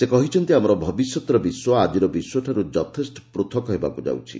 ସେ କହିଛନ୍ତି ଆମର ଭବିଷ୍ୟତର ବିଶ୍ୱ ଆଜିର ବିଶ୍ୱଠାର୍ ଯଥେଷ୍ଟ ପୃଥକ୍ ହେବାକ୍ ଯାଉଛି